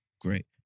Great